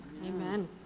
Amen